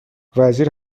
وزیر